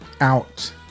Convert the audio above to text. out